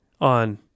on